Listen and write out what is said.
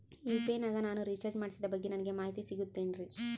UPI ನಾಗ ನಾನು recharge ಮಾಡಿಸಿದ ಬಗ್ಗೆ ನನಗೆ ಮಾಹಿತಿ ಸಿಗುತೇನ್ರೀ?